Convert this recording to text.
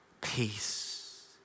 peace